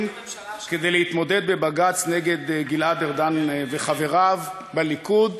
כדי להתמודד בבג"ץ נגד גלעד ארדן וחבריו בליכוד.